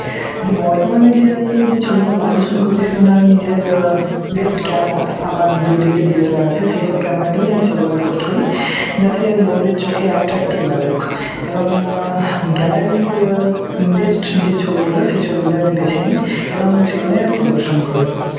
যে বর্তমানে যে আমি যে ছবিগুলো প্রদর্শন করি সেগুলো আমি নিজের বেস্ট ক্যামেরা আমার দু তিনটে ডিএসএলআর আছে সেই সব ক্যামেরা দিয়েই আমি ছবিগুলো পোস্ট করি যাতে লোকদের চোখে অ্যাট্র্যাক্টিভ লাগুক এবং গ্যালারির বেস্ট যে ছবিগুলো সেই ছবিগুলো আমি বেছে নিই এবং সেগুলোই আমি প্রদর্শন করি